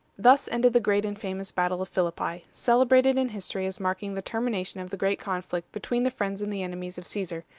thus ended the great and famous battle of philippi, celebrated in history as marking the termination of the great conflict between the friends and the enemies of caesar,